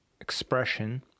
expression